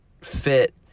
fit